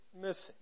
missing